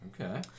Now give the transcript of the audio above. Okay